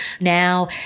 Now